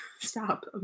Stop